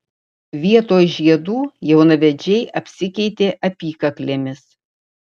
vietoj žiedų jaunavedžiai apsikeitė apykaklėmis